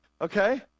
Okay